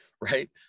Right